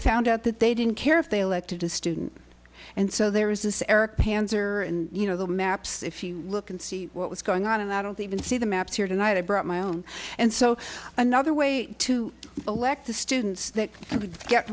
found out that they didn't care if they elected a student and so there is this eric panzer and you know the map so if you look and see what's going on and i don't even see the map here tonight i brought my own and so another way to elect the students that get